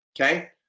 Okay